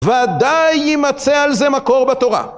ודאי יימצא על זה מקור בתורה.